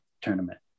tournament